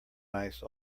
nice